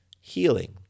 healing